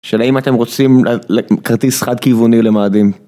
שאלה אם אתם רוצים כרטיס חד-כיווני למאדים.